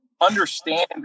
understand